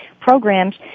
programs